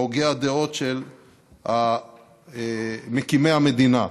מהוגי הדעות של מקימי המדינה.